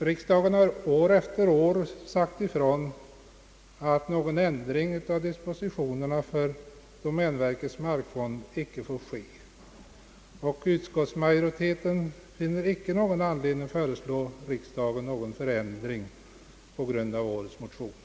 Riksdagen har år efter år sagt ifrån att någon ändring av dispositionerna för domänverkets markfond icke får ske, och utskottsmajoriteten finner icke anledning att föreslå riksdagen någon ändring på grund av årets motion.